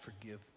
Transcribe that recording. forgive